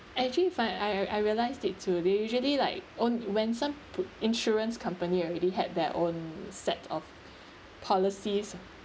actually if I I I realise it too they usually like own when some pu~ insurance company already had their own set of policies